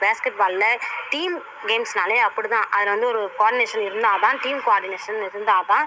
பேஸ்கட்பாலில் team கேம்ஸ்னாலே அப்படி தான் அதில் வந்து ஒரு கோர்டினேஷன் இருந்தால் தான் டீம் கோர்டினேஷன் இருந்தால் தான்